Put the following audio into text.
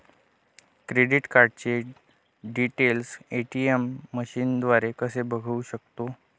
Credit कार्डचे details ATM मशीनद्वारे कसे बघू शकतो?